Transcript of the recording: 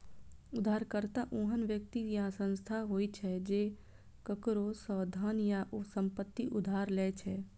उधारकर्ता ओहन व्यक्ति या संस्था होइ छै, जे केकरो सं धन या संपत्ति उधार लै छै